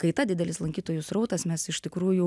kaita didelis lankytojų srautas mes iš tikrųjų